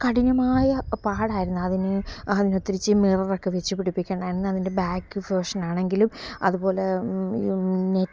കഠിനമായ പാടായിരുന്നു അതിന് അതിനെ തിരിച്ച് മിറർ ഒക്കെ വെച്ചുപിടിപ്പിക്കണമായിരുന്നു അതിൻ്റെ ബാക്ക് പോർഷൻ ആണെങ്കിലും അതുപോലെ